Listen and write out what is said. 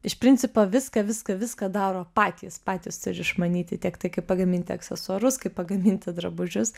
iš principo viską viską viską daro patys patys turi išmanyti tiek tai kaip pagaminti aksesuarus kaip pagaminti drabužius